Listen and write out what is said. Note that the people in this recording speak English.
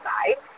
Side